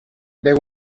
they